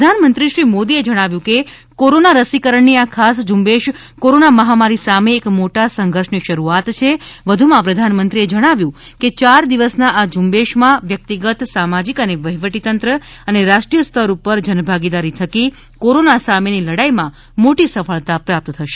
પ્રધાનમંત્રી શ્રી મોદીએ જણાવ્યું કે કોરોના રસીકરણની આ ખાસ ઝુંબેશ કોરોના મહામારી સામે એક મોટા સંઘર્ષની શરૂઆત છે વધુમાં પ્રધાનમંત્રીએ જણાવ્યું છે કે ચાર દિવસના આ ઝુંબેશમાં વ્યક્તિગત સામાજિક અને વહીવટીતંત્ર અને રાષ્ટ્રીય સ્તર પર જનભાગીદારી થકી કોરોના સામેની લડાઇમાં મોટી સફળતા પ્રાપ્ત થશે